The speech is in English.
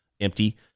empty